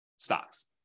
stocks